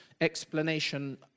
explanation